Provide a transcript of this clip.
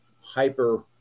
hyper